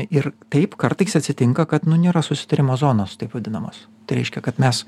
ir taip kartais atsitinka kad nu nėra susitarimo zonos taip vadinamos tai reiškia kad mes